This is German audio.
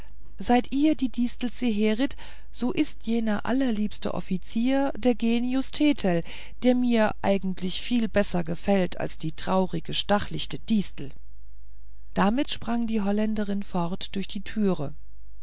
seid ihr die distel zeherit so ist jener allerliebste offizier der genius thetel der mir eigentlich viel besser gefällt wie die traurige stachlichte distel damit sprang die holländerin fort durch die türe